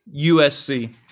USC